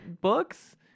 books